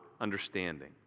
understanding